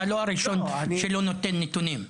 אתה לא הראשון שלא נותן נתונים.